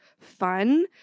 fun